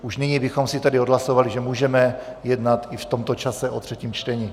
Už nyní bychom si tedy odhlasovali, že můžeme jednat i v tomto čase o třetím čtení.